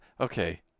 Okay